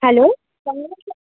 hello